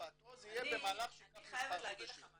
זה יהיה מהלך שייקח מספר חודשים -- אני חייבת להגיד לך משהו.